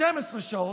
12 שעות,